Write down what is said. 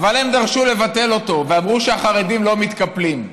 אבל הם דרשו לבטל אותו, ואמרו שהחרדים לא מתקפלים.